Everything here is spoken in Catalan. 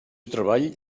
treball